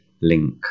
link